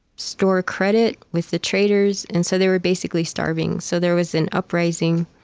store credit with the traders, and so they were basically starving. so there was an uprising,